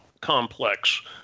complex